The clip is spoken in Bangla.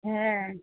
হ্যাঁ